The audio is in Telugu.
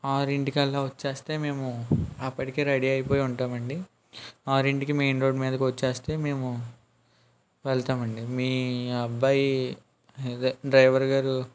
ఆరింటికల్లా వచ్చేస్తే మేము అప్పటికే రెడీ అయిపోయి ఉంటామండి ఆరింటికి మెయిన్ రోడ్ మీదకు వచ్చేస్తే మేము వెళ్తామండి మీ అబ్బాయి అదే డ్రైవర్ గారు